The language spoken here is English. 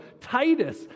Titus